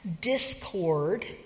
discord